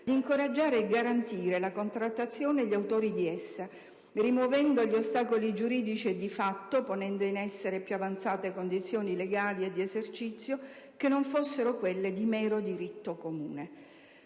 ad incoraggiare e garantire la contrattazione e gli autori di essa, rimuovendo gli ostacoli giuridici e di fatto, ponendo in essere più avanzate condizioni legali e di esercizio che non fossero quelle di mero diritto comune.